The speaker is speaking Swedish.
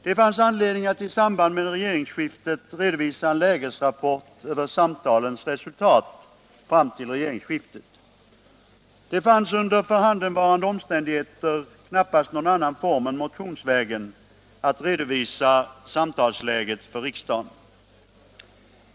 Det fanns anledning att i samband med regeringsskiftet redovisa en lägesrapport över samtalens resultat fram till regeringsskiftet. Det fanns under förhandenvarande omständigheter knappast någon annan form än Förhållandet mellan stat och motionsvägen att redovisa samtalsläget för riksdagen.